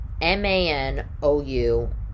M-A-N-O-U